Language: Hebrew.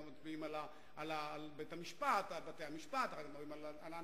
מצביעים על בתי-המשפט ואחר כך אנחנו מדברים על ענישה.